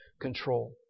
control